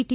T